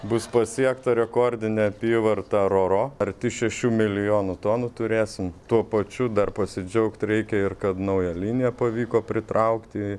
bus pasiekta rekordinė apyvarta ro ro arti šešių milijonų tonų turėsim tuo pačiu dar pasidžiaugt reikia ir kad naują liniją pavyko pritraukti